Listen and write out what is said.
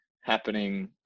happening